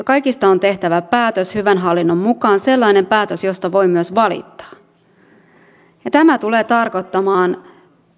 kaikista on tehtävä päätös hyvän hallinnon mukaan sellainen päätös josta voi myös valittaa tämä tulee tarkoittamaan sitä